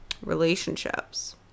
relationships